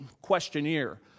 questionnaire